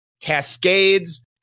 Cascades